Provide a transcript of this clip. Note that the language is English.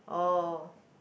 oh